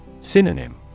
Synonym